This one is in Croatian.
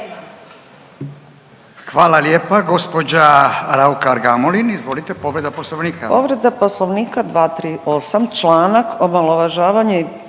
Hvala lijepa. Gospođa Raukar Gamulin, izvolite, povreda Poslovnika.